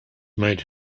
made